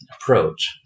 approach